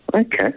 Okay